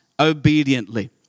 Obediently